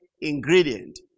ingredient